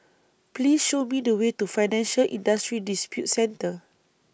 Please Show Me The Way to Financial Industry Disputes Center